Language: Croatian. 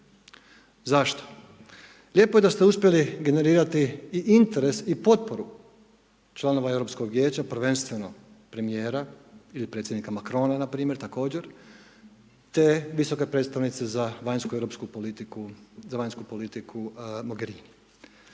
Zašto? Lijepo je da ste uspjeli generirati i interes i potporu članova Europskog vijeća prvenstveno premijera ili predsjednika Macrona npr. također te visoke predstavnice za vanjsku europsku politiku,